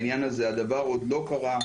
הדבר עוד לא קרה.